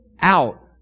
out